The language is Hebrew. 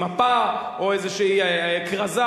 מפה או איזו כרזה.